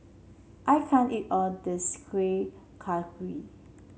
I can't eat all this Kuih Kaswi